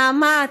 נעמ"ת,